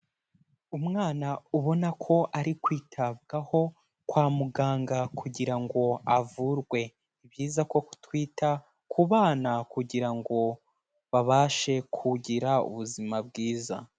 Umwana ubona ko ari kwitabwaho kwa muganga kugira ngo avurwe, ni ibyiza ko ku twita ku bana kugira ngo babashe kugira ubuzima bwiza.